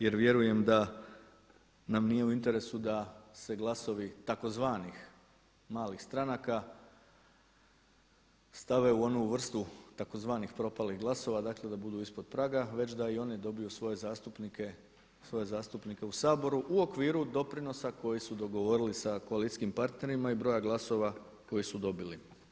Jer vjerujem da nam nije u interesu da se glasovi tzv. malih stranaka stave u onu vrstu tzv. propalih glasova, dakle da budu ispod praga već da i oni dobiju svoje zastupnike u Saboru u okviru doprinosa koji su dogovorili sa koalicijskim partnerima i broja glasova koje su dobili.